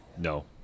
No